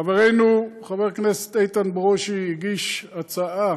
חברנו חבר הכנסת איתן ברושי הגיש הצעה